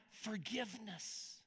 forgiveness